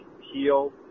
heal